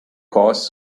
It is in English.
caused